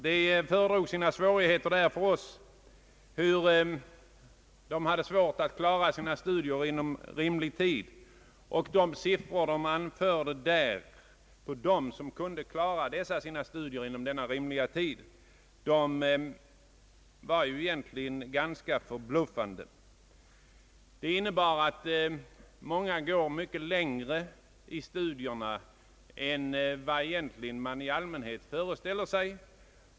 De föredrog sina svårigheter för oss och redogjorde för hur svårt det var för dem att klara sina studier inom rimlig tid, och de siffror som de anförde på dem som kunde klara sina studier inom rimlig tid var ganska förbluffande låga. Det innebar att studierna för många tar mycket längre tid än vad man i allmänhet föreställer sig.